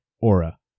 Aura